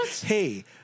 hey